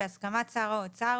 בהסכמת שר האוצר,